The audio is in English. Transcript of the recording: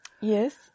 Yes